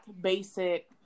basic